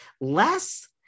less